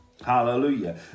Hallelujah